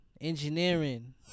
engineering